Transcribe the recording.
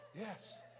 yes